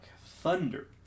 thunder